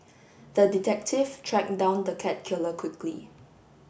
the detective track down the cat killer quickly